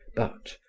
but,